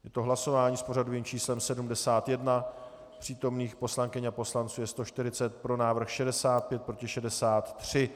Je to hlasování s pořadovým číslem 71, přítomných poslankyň a poslanců je 140, pro návrh 65, proti 63.